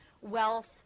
wealth